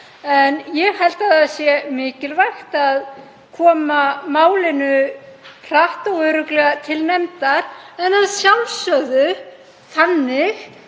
en ég held að það sé mikilvægt að koma málinu hratt og örugglega til nefndar, en að sjálfsögðu þannig